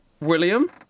William